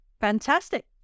Fantastic